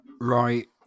Right